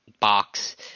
box